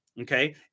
okay